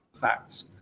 facts